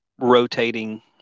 rotating